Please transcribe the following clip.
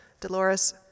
Dolores